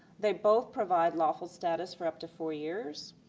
they both provide lawful status for up to four years,